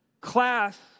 class